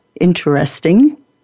interesting